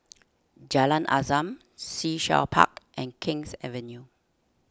Jalan Azam Sea Shell Park and King's Avenue